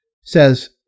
says